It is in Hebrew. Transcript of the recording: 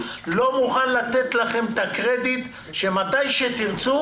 אני לא מוכן לתת לכם את הקרדיט שמתי שתרצו